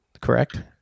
correct